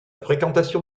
fréquentation